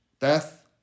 Death